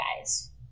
guys